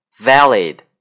Valid